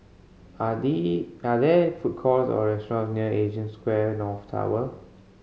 are are there food courts or restaurant near Asia Square North Tower